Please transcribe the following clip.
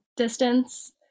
distance